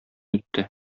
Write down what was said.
үтте